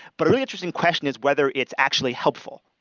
but a really interesting question is whether it's actually helpful.